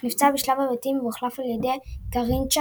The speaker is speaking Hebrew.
אך נפצע בשלב הבתים והוחלף על ידי גארינצ'ה,